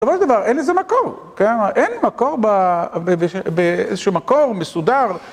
בסופו של דבר, אין לזה מקור, כן, אין מקור ב... איזשהו מקור, מסודר.